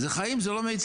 זה חיים, זה לא מתים.